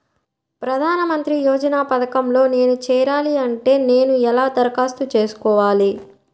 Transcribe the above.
ప్రధాన మంత్రి యోజన పథకంలో నేను చేరాలి అంటే నేను ఎలా దరఖాస్తు చేసుకోవాలి?